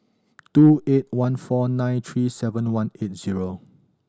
two eight one four nine three seven one eight zero